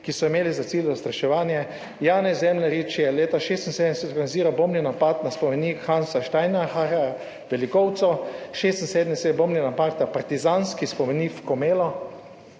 ki so imeli za cilj zastraševanje. Janez Zemljarič je leta 1976 organiziral bombni napad na spomenik Hansa Steiner na Velikovcu, 1976 bombni napad na partizanski spomenik v Komel,